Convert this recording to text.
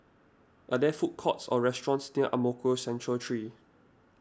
are there food courts or restaurants near Ang Mo Kio Central three